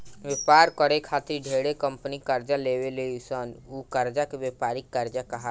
व्यापार करे खातिर ढेरे कंपनी कर्जा लेवे ली सन उ कर्जा के व्यापारिक कर्जा कहाला